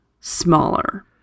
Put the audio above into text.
smaller